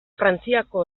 frantziako